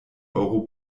euro